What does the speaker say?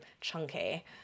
chunky